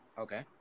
Okay